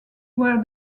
were